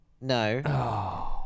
No